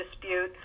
Dispute